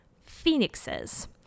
phoenixes